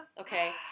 okay